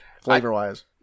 flavor-wise